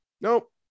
nope